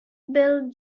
built